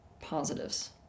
positives